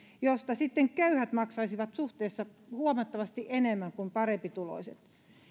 jolloin köyhät maksaisivat suhteessa huomattavasti enemmän kuin parempituloiset